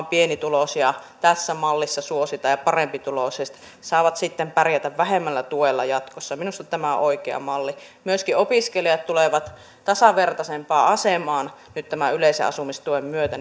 pienituloisia tässä mallissa suositaan ja parempituloiset saavat sitten pärjätä vähemmällä tuella jatkossa minusta tämä on oikea malli myöskin opiskelijat tulevat nyt tasavertaisempaan asemaan muitten väestöryhmien kanssa tämän yleisen asumistuen myötä